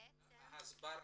מבחינת ההסברה,